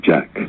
Jack